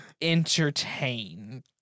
entertain